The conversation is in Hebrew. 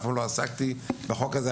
אף פעם לא עסקתי בחוק הזה,